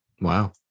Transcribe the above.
Wow